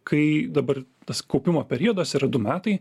kai dabar tas kaupimo periodas yra du metai